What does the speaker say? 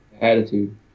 attitude